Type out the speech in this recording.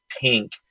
Pink